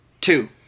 Two